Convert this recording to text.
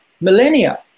millennia